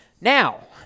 Now